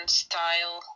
style